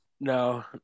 No